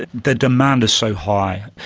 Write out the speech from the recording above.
the demand is so high.